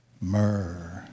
myrrh